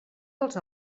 dels